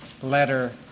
letter